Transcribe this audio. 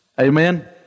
Amen